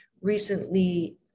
recently